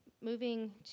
moving